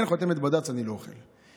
אין חותמת בד"ץ, אני לא אוכל.